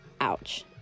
ouch